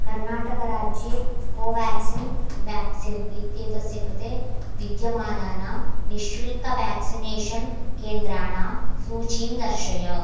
कर्नाटकराज्ये कोवेक्सिन् व्याक्सिन् इत्येतस्य कृते विद्यमानानां निःशुल्कं व्याक्सिनेषन् केन्द्राणां सूचीं दर्शय